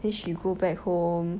then she go back home